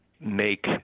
make